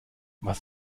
was